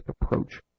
approach